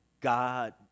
God